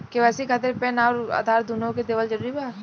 KYC खातिर PAN आउर आधार दुनों देवल जरूरी बा?